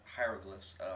hieroglyphs